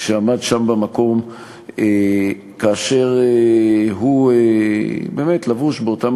שעמד שם במקום כאשר הוא באמת לבוש באותם